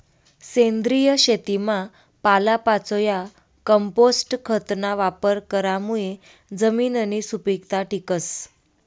सेंद्रिय शेतीमा पालापाचोया, कंपोस्ट खतना वापर करामुये जमिननी सुपीकता टिकस